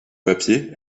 papier